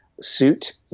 suit